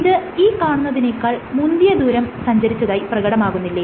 ഇത് ഈ കാണുന്നതിനേക്കാൾ മുന്തിയ ദൂരം സഞ്ചരിച്ചതായി പ്രകടമാകുന്നില്ലേ